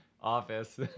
office